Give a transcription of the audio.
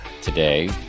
today